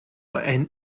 ein